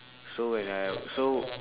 so when I so